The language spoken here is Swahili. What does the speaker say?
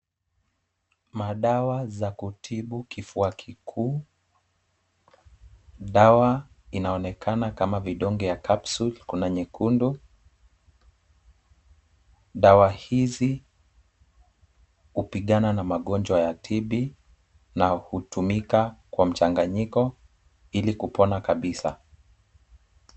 Madawa za kutibu kifua kikuu. Dawa inaonekana kama vidonge ya capsule . Kuna nyekundu. Dawa hizi hupigana na magonjwa ya TB na hutumika kwa mchanganyiko ili kupona kabisa.